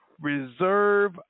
reserve